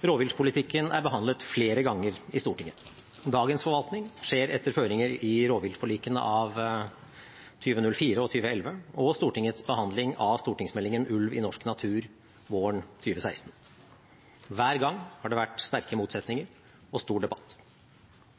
Rovviltpolitikken er behandlet flere ganger i Stortinget. Dagens forvaltning skjer etter føringer i rovviltforlikene av 2004 og 2011 og Stortingets behandling av stortingsmeldingen Ulv i norsk natur våren 2016. Hver gang har det vært sterke motsetninger og stor debatt.